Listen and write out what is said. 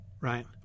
right